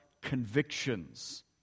convictions